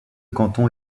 canton